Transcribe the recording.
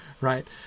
right